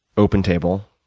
open table,